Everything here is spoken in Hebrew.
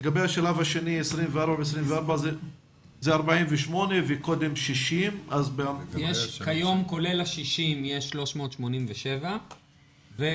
לגבי השלב השני 24 ו-24 זה 48 וקודם 60. כיום כולל ה-60 יש 387 ו-24,